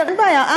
אין בעיה.